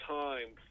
time